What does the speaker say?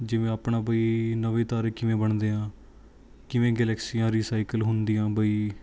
ਜਿਵੇਂ ਆਪਣਾ ਬਈ ਨਵੇਂ ਤਾਰੇ ਕਿਵੇਂ ਬਣਦੇ ਆਂ ਕਿਵੇਂ ਗਲੈਕਸੀਆਂ ਰੀਸਾਈਕਲ ਹੁੰਦੀਆਂ ਬਈ